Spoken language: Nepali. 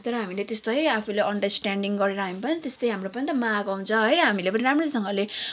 तर हामीले है त्यस्तो है आफूले अन्डरस्टानडिङ गरेर हामी पनि त त्यस्तै हाम्रो पनि माघ आउँछ है हामीले पनि राम्रोसँगले